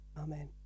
amen